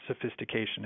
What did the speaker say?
sophistication